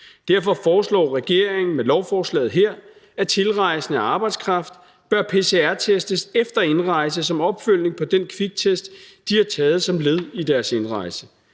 Derfor foreslår regeringen med lovforslaget her, at tilrejsende arbejdskraft bør pcr-testes efter indrejse som opfølgning på den kviktest, de har taget som led i deres indrejse.